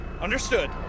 Understood